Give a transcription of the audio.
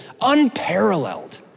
unparalleled